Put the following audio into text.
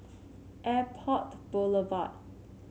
Airport Boulevard